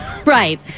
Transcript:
Right